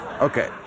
Okay